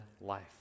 life